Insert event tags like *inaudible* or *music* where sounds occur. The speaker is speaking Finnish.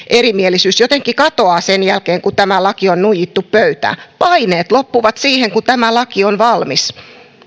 *unintelligible* erimielisyys jotenkin katoaa sen jälkeen kun tämä laki on nuijittu pöytään paineet loppuvat siihen kun tämä laki on valmis